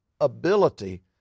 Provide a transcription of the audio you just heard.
ability